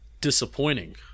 disappointing